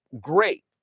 great